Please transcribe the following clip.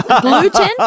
gluten